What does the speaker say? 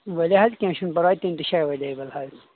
ؤلِو حظ کینہہ چُھنہٕ پرواے تِم تہِ چھِ ایویلیبٕل حظ